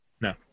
No